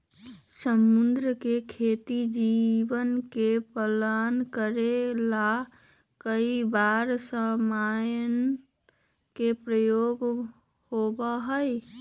समुद्र के खेती जीव के पालन करे ला कई बार रसायन के प्रयोग होबा हई